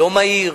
לא מהיר,